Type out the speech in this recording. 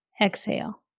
Exhale